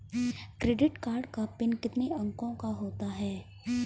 Credit card का PIN कितने अंकों का होता है?